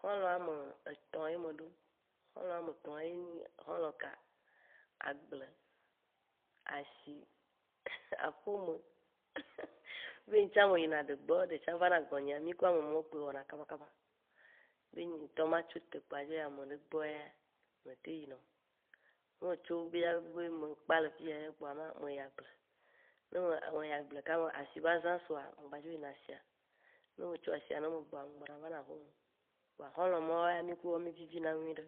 Xɔ̃lɔ̃ ametɔ̃ ye meɖo, xɔ̃lɔ̃ ametɔ̃a ye nyi xɔ̃lɔ̃ ka? Agble, asi, aƒeme be ŋtsã me yina ɖe gbɔ, ɖe tsã vana gbɔ nyea, mì ku amemɔwo kpoa yina kaba kaba, be nye ŋtɔ ma tsite kpo adzo yi ameɖe gbɔ yaaa, nye me teŋ yina o. Ne metso, via be mekpa le fiya via kpoa me yi agble, ne meyi agble kaka asi ba zã sua, megba dzo yina asia, ne metso asia ne megbɔa, me gbɔna vana aƒeme. Kpoa xɔlɔ̃ mɔwo ya mì ku wo mì vivina nyuiɖe.